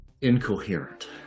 incoherent